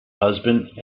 husband